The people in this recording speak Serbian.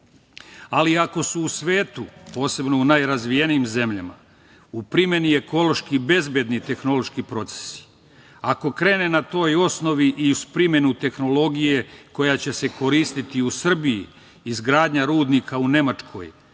ako su u svetu, posebno u najrazvijenijim zemljama, u primeni ekološki bezbedni tehnološki procesi, ako krene na toj osnovi i uz primenu tehnologije koja će se koristiti u Srbiji izgradnja rudnika u Nemačkoj,